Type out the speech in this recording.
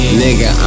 nigga